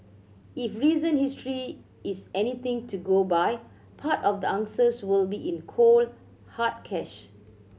if recent history is anything to go by part of the answers will be in cold hard cash